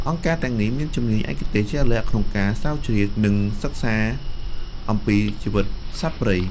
អង្គការទាំងនេះមានជំនាញឯកទេសជាក់លាក់ក្នុងការស្រាវជ្រាវ និងសិក្សាអំពីជីវិតសត្វព្រៃ។